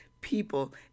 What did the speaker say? people